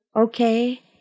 okay